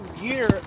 year